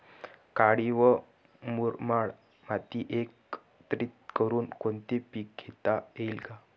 काळी व मुरमाड माती एकत्रित करुन कोणते पीक घेता येईल का?